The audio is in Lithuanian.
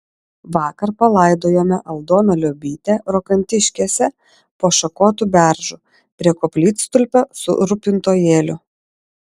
vakar palaidojome aldoną liobytę rokantiškėse po šakotu beržu prie koplytstulpio su rūpintojėliu